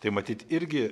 tai matyt irgi